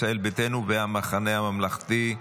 ישראל ביתנו והמחנה הממלכתי.